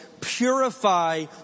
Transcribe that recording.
Purify